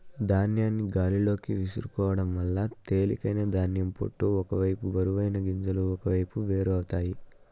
ధాన్యాన్ని గాలిలోకి విసురుకోవడం వల్ల తేలికైన ధాన్యం పొట్టు ఒక వైపు బరువైన గింజలు ఒకవైపు వేరు అవుతాయి